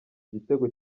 igitego